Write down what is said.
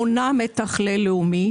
מונה מתכלל לאומי